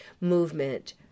movement